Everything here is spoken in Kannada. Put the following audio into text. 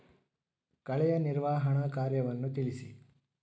ಕಳೆಯ ನಿರ್ವಹಣಾ ಕಾರ್ಯವನ್ನು ತಿಳಿಸಿ?